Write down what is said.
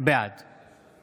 בעד